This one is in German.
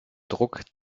druck